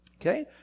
okay